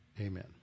amen